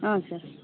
ಹಾಂ ಸರ್